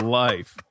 life